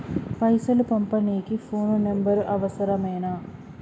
పైసలు పంపనీకి phone number అవసరమేనా?